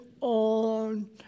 on